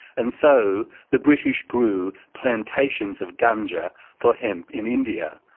and so the british grew plantations of ganga for hemp in india,